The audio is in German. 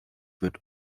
wird